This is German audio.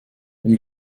wenn